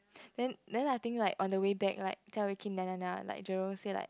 then then I think like on the way back like jia-wei keep like jerome say like